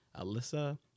Alyssa